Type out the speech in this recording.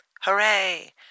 Hooray